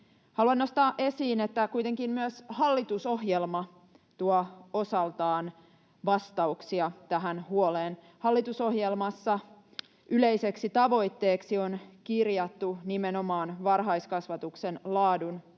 Haluan nostaa esiin, että kuitenkin myös hallitusohjelma tuo osaltaan vastauksia tähän huoleen. Hallitusohjelmassa yleiseksi tavoitteeksi on kirjattu nimenomaan varhaiskasvatuksen laadun